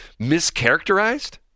mischaracterized